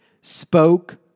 spoke